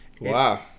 Wow